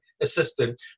assistant